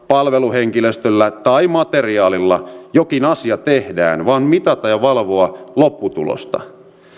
palveluhenkilöstöllä tai materiaalilla jokin asia tehdään vaan mitata ja valvoa lopputulosta